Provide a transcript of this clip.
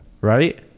right